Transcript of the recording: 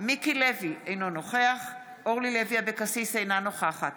מיקי לוי, אינו נוכח אורלי לוי אבקסיס, אינה נוכחת